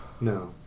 No